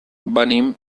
venim